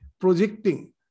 projecting